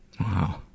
Wow